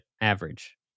average